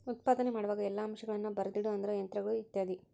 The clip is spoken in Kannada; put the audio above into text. ಉತ್ಪಾದನೆ ಮಾಡುವಾಗ ಎಲ್ಲಾ ಅಂಶಗಳನ್ನ ಬರದಿಡುದು ಅಂದ್ರ ಯಂತ್ರಗಳು ಇತ್ಯಾದಿ